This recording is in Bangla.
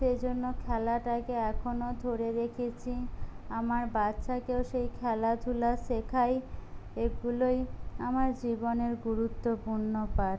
সেই জন্য খেলাটাকে এখনো ধরে রেখেছি আমার বাচ্চাকেও সেই খেলাধূলা শেখাই এগুলোই আমার জীবনের গুরুত্বপূর্ণ পাঠ